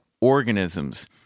organisms